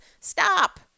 stop